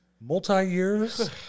Multi-years